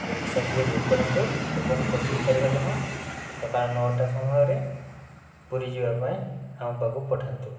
ରିକ୍ସାଟିଏ book କରନ୍ତୁ ଏବଂ ପଚିଶ ତାରିଖ ଦିନ ସକାଳ ନଅଟା ସମୟରେ ପୁରୀ ଯିବାପାଇଁ ଆମ ପାଖକୁ ପଠାନ୍ତୁ